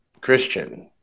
Christian